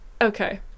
Okay